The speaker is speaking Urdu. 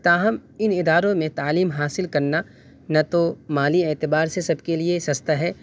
تاہم ان اداروں میں تعلیم حاصل کرنا نہ تو مالی اعتبار سے سب کے لیے سستا ہے